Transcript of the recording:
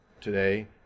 today